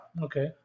Okay